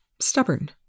stubborn